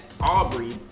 Aubrey